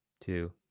two